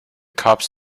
cops